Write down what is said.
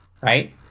right